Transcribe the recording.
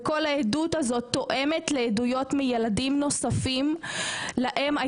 וכל העדות הזאת תואמת לעדויות מילדים נוספים שגם להם היא